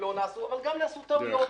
אבל גם נעשו טעויות.